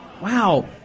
Wow